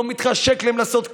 לא מתחשק להם לעשות כלום,